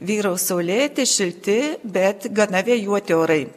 vyraus saulėti šilti bet gana vėjuoti orai